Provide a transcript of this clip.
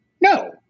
no